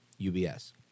UBS